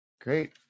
Great